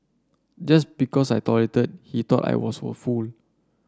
just because I tolerated he thought I was a fool